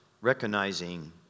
recognizing